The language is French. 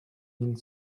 mille